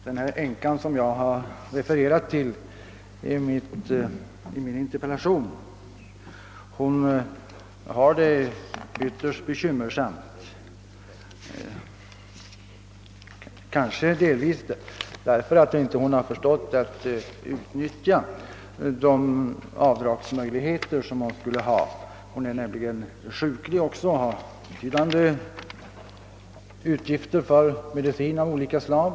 Den änka som jag har refererat till i min interpellation har det ytterst bekymmersamt, kanske delvis därför att hon inte har förstått att utnyttja de avdragsmöjligheter som hon skulle ha. Hon är nämligen också sjuklig och har betydande utgifter för medicin av olika slag.